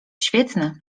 świetny